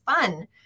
fun